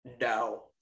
No